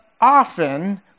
often